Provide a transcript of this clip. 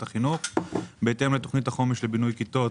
החינוך בהתאם לתכנית החומש לבינוי כיתות